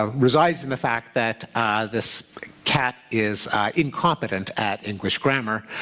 ah resides in the fact that this cat is incompetent at english grammar.